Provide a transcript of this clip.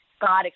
God